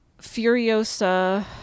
Furiosa